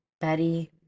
Betty